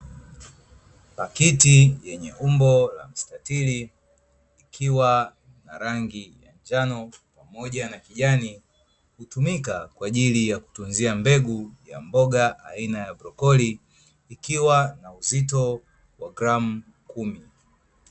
Pakiti yenye umbo la mstatili ikiwa na rangi njano pamoja na kijani, hutumika kwa ajili ya kutunzia mbegu ya mboga aina ya brokoli, ikiwa na uzito wa gramu kumi.